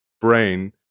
brain